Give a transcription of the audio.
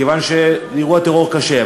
מכיוון שזה אירוע טרור קשה.